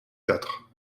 quatre